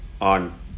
on